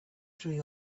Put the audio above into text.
through